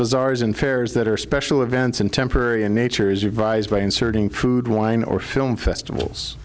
bazaars in fairs that are special events and temporary in nature is revised by inserting food wine or film festivals